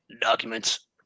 Documents